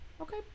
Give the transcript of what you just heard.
Okay